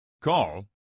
call